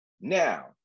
Now